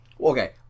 Okay